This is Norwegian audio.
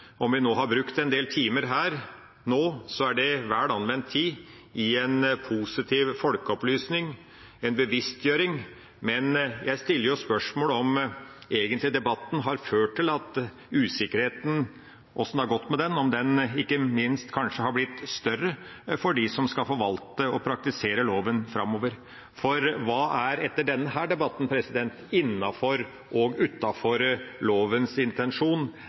vel anvendt tid til en positiv folkeopplysning, en bevisstgjøring. Men jeg stiller spørsmålet om debatten egentlig har ført til at ikke minst usikkerheten kanskje har blitt større for dem som skal forvalte og praktisere loven framover. For hva er etter denne debatten innenfor og utenfor lovens intensjon?